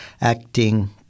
acting